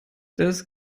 das